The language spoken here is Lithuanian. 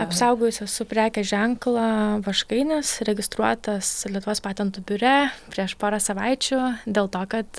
apsaugojus esu prekės ženklą vaškainis registruotas lietuvos patentų biure prieš porą savaičių dėl to kad